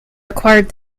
acquired